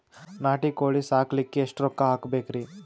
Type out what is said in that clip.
ನಾಟಿ ಕೋಳೀ ಸಾಕಲಿಕ್ಕಿ ಎಷ್ಟ ರೊಕ್ಕ ಹಾಕಬೇಕ್ರಿ?